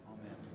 Amen